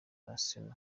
arsenal